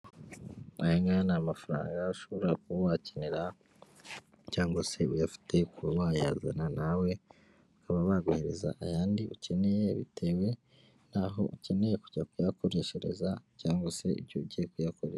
Ayangaya ni amafaranga ushobora kuba wakenera cyangwa se uyafite kuba wayazana nawe bakaba baguhereza ayandi ukeneye bitewe n'aho ukeneye kujya kuyakoreshereza cyangwa se icyo ugiye kuyakoresha.